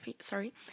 sorry